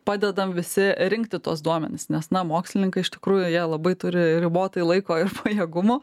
padedam visi rinkti tuos duomenis nes na mokslininkai iš tikrųjų jie labai turi ribotai laiko ir pajėgumų